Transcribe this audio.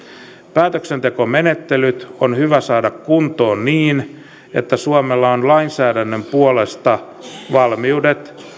päätöksentekomenettelyt on hyvä saada kuntoon niin että suomella on lainsäädännön puolesta valmiudet